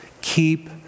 keep